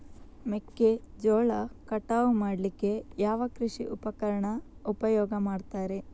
ಮೆಕ್ಕೆಜೋಳ ಕಟಾವು ಮಾಡ್ಲಿಕ್ಕೆ ಯಾವ ಕೃಷಿ ಉಪಕರಣ ಉಪಯೋಗ ಮಾಡ್ತಾರೆ?